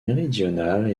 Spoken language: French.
méridional